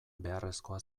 beharrezkoa